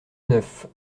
neuf